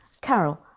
Carol